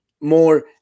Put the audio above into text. more